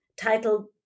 title